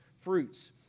fruits